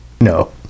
No